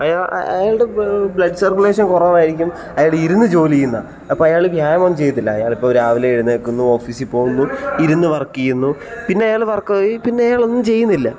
അയാളുടെ blood circulation കുറവായിരിക്കും അയാൾ ഇരുന്ന് ജോലി ചെയ്യുന്ന അപ്പം അയാൾ വ്യായാമം ഒന്നും ചെയ്യത്തില്ല അയാൾ രാവിലെ എഴുന്നേൽക്കുന്നു ഓഫീസിൽ പോകുന്നു ഇരുന്നു വർക്ക് ചെയ്യുന്നു പിന്നെ അയാൾ വർക്ക് പിന്നെ അയാൾ ഒന്നും ചെയ്യുന്നില്ല